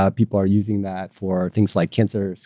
ah people are using that for things like cancer,